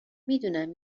میدونم